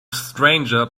stranger